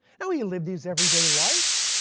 now he lived his everyday life,